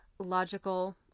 logical